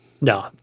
No